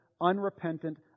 unrepentant